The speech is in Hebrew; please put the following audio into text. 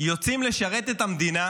יוצאים לשרת את המדינה,